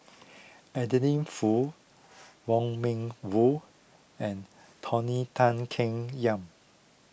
Adeline Foo Wong Meng Voon and Tony Tan Keng Yam